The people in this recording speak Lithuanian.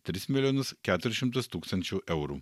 tris milijonus keturis šimtus tūkstančių eurų